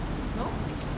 no